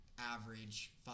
average